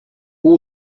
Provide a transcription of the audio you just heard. all